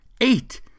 Eight